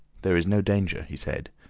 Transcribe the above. there is no danger, he said,